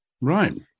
Right